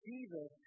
Jesus